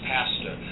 Pastor